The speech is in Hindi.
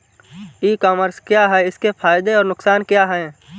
ई कॉमर्स क्या है इसके फायदे और नुकसान क्या है?